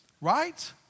Right